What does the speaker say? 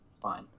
fine